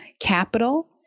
capital